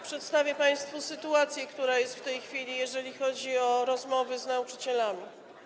przedstawię państwu sytuację, która jest w tej chwili, jeżeli chodzi o rozmowy z nauczycielami.